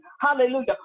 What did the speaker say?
Hallelujah